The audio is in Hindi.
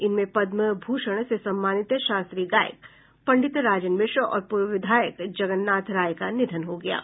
इनमें पदम भूषण से सम्मानित शास्त्रीय गायक पंडित राजन मिश्र और पूर्व विधायक जगन्नाथ राय का निधन हो गया है